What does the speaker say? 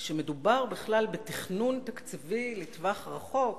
שמדובר בכלל בתכנון תקציבי לטווח רחוק,